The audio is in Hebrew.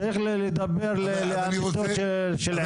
צריך לדבר לאמיתו של עניין.